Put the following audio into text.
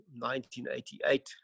1988